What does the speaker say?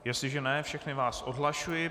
Jestliže ne, všechny vás odhlašuji.